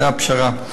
זו הפשרה.